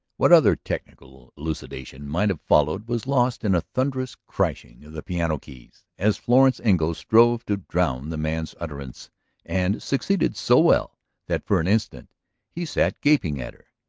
what other technical elucidation might have followed was lost in a thunderous crashing of the piano keys as florence engle strove to drown the man's utterance and succeeded so well that for an instant he sat gaping at her.